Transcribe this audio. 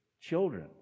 children